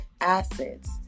acids